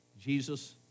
Jesus